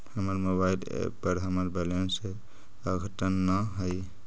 हमर mobile app पर हमर बैलेंस अद्यतन ना हई